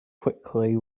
quickly